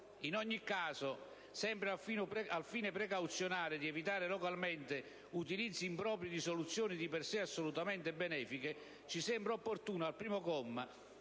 In ogni caso, sempre al fine precauzionale di evitare localmente utilizzi impropri di soluzioni di per sé assolutamente benefiche, ci sembra opportuno, al primo comma,